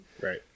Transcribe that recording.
Right